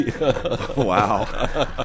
Wow